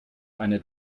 eine